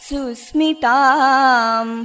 Susmitam